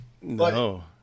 no